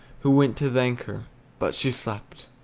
who went to thank her but she slept.